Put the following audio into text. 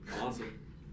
awesome